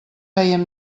feien